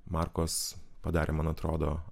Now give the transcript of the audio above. markos padarė man atrodo